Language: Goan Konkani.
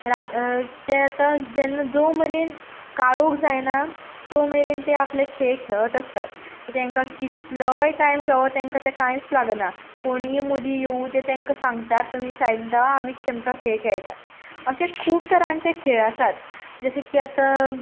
ते आतां जेन्ना जो मेरेन काळोख जायना तो मेरेन ते आपले खेळ खेळत आसतात सो तेंकां कितलोय टायम जावं तेंकां तें कांयच लागना कोणीय मदीं येवं ते तेंकां सांगतात तुमी सायडीन रावा आमी आमचो खेळ खेळटात अशे खूब तरांचे खेळ आसात जशे की आतां